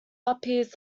appears